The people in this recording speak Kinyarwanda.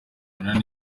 bikorana